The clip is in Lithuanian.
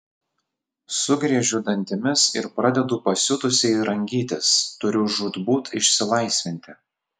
sugriežiu dantimis ir pradedu pasiutusiai rangytis turiu žūtbūt išsilaisvinti